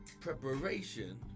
preparation